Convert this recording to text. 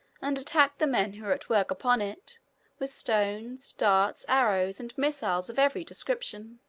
and attacked the men who were at work upon it with stones, darts, arrows, and missiles of every description.